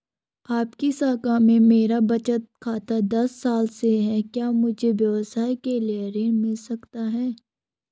आपकी शाखा में मेरा बचत खाता दस साल से है क्या मुझे व्यवसाय के लिए ऋण मिल सकता है?